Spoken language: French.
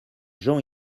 jean